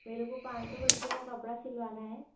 मेरे को पाँच सौ बच्चों का कपड़ा सीलवाना है